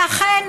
ואכן,